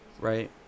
right